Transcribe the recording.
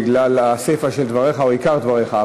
בגלל הסיפה של דבריך או עיקר דבריך.